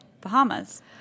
Bahamas